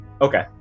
Okay